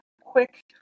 quick